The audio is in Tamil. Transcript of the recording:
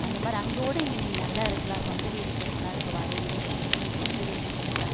அந்த மாதிரி அங்கே ஊட இங்கே நீங்கள் நல்லா இருக்கலாம் சொந்த வீடு கட்டலாம் இப்போ வாடகை வீட்டில் இருக்கீங்க நீங்கள் சொந்த வீட்டுக்கு கட்டலாம்